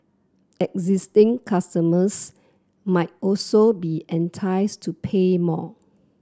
existing customers might also be enticed to pay more